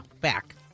Back